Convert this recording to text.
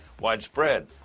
widespread